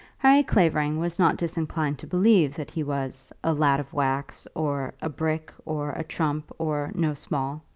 harry clavering was not disinclined to believe that he was a lad of wax, or a brick, or a trump, or no small